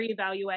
reevaluate